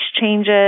changes